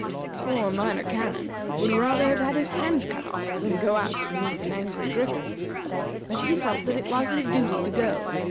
the poor minor canon would rather have had his hand cut off than go out to meet an angry griffin but he felt that it was his duty to go,